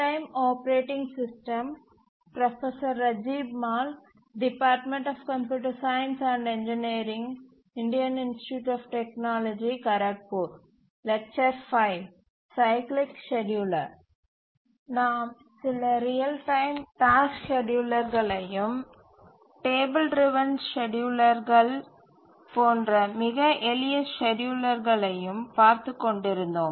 நாம் சில real time task ஸ்கேட்யூலர்களையும் டேபிள் டிரவன் ஸ்கேட்யூலர்கள் போன்ற மிக எளிய ஸ்கேட்யூலர்களையும் பார்த்துக்கொண்டிருந்தோம்